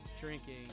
drinking